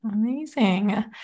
Amazing